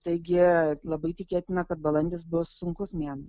taigi labai tikėtina kad balandis bus sunkus mėnuo